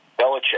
Belichick